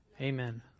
Amen